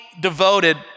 devoted